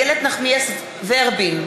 איילת נחמיאס ורבין,